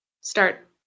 start